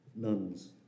nuns